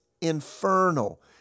infernal